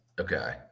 Okay